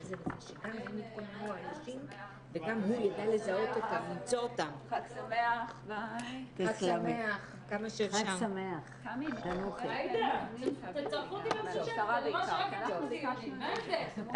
הישיבה ננעלה בשעה 12:05.